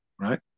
right